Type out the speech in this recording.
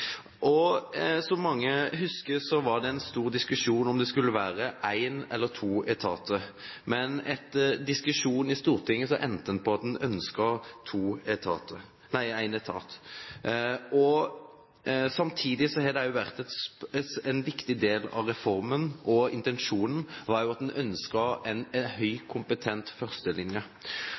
mange husker, var det en stor diskusjon om det skulle være én eller to etater. Men etter diskusjon i Stortinget endte man på at man ønsket én etat. Samtidig har det også vært en viktig del av reformen – og intensjonen – at man ønsket en høyt kompetent førstelinje.